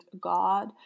God